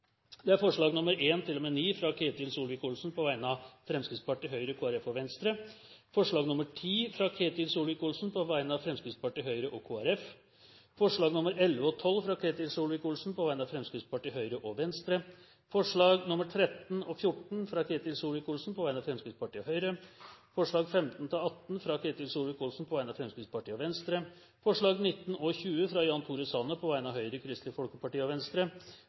alt 70 forslag. Det er forslagene nr. 1–9, fra Ketil Solvik-Olsen på vegne av Fremskrittspartiet, Høyre, Kristelig Folkeparti og Venstre forslag nr. 10, fra Ketil Solvik-Olsen på vegne av Fremskrittspartiet, Høyre og Kristelig Folkeparti forslagene nr. 11 og 12, fra Ketil Solvik-Olsen på vegne av Fremskrittspartiet, Høyre og Venstre forslagene nr. 13 og 14, fra Ketil Solvik-Olsen på vegne av Fremskrittspartiet og Høyre forslagene nr. 15–18, fra Ketil Solvik-Olsen på vegne av Fremskrittspartiet og Venstre forslagene nr. 19 og 20, fra Jan Tore Sanner på vegne av Høyre, Kristelig Folkeparti og Venstre